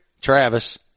Travis